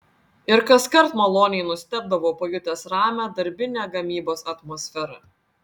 ir kaskart maloniai nustebdavau pajutęs ramią darbinę gamybos atmosferą